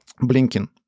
blinking